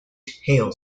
hale